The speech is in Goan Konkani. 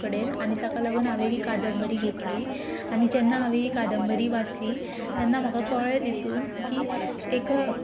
कडेन आनी ताका लागून हांवें ती कादंबरी घेतली आनी जेन्ना हांवें ही कादंबरी वाचली तेन्ना म्हाका कळ्ळें तितून की एक